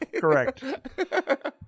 Correct